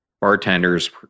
bartenders